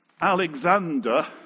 Alexander